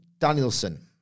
Danielson